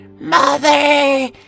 Mother